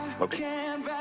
Okay